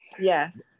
Yes